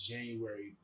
January